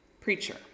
preacher